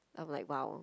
I'm like wow